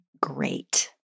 great